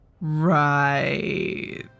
Right